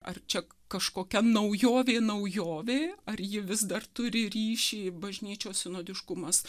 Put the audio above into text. ar čia kažkokia naujovė naujovė ar ji vis dar turi ryšį bažnyčios sinodiškumas